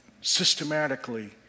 systematically